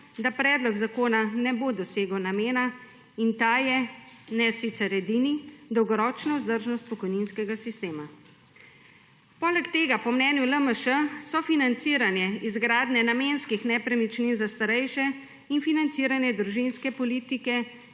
da predlog zakona ne bo dosegel namena in ta je, ne sicer edini, dolgoročna vzdržnost pokojninskega sistema. Poleg tega, po mnenju LMŠ, sofinanciranje izgradnje namenskih nepremičnin za starejše in financiranje družinske politike,